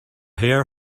hair